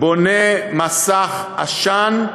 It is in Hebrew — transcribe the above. בונה מסך עשן,